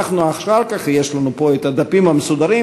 אחר כך יש לנו פה הדפים המסודרים,